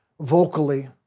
vocally